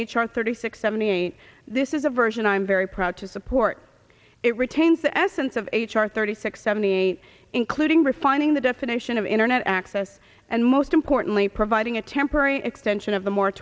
r thirty six seventy eight this is a version i'm very proud to support it retains the essence of h r thirty six seventy eight including refining the definition of internet access and most importantly providing a temporary extension of the mor